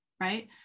Right